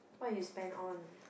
what you spend on